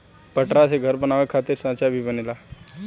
पटरा से घर बनावे खातिर सांचा भी बनेला